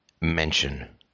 mention